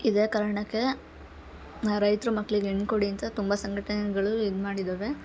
ಇದೇ ಕಾರಣಕ್ಕೆ ರೈತರು ಮಕ್ಳಿಗೆ ಹೆಣ್ಣು ಕೊಡಿ ಅಂತ ತುಂಬ ಸಂಘಟನೆಗಳು ಇದ್ಮಾಡಿದವೆ